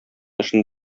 эшне